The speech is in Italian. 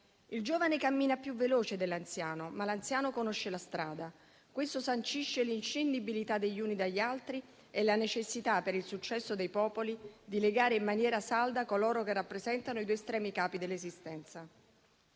Il giovane cammina più veloce dell'anziano, ma l'anziano conosce la strada. Questo sancisce l'inscindibilità degli uni dagli altri e la necessità, per il successo dei popoli, di legare in maniera salda coloro che rappresentano i due capi estremi dell'esistenza.